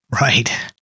Right